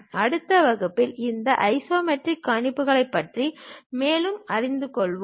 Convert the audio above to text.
அடுத்த வகுப்பில் இந்த ஐசோமெட்ரிக் கணிப்புகளைப் பற்றி மேலும் அறிந்து கொள்வோம்